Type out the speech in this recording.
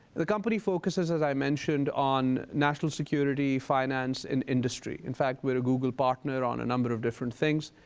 the company focuses, as i mentioned, on national security, finance, and industry. in fact, we're a google partner on a number of different things.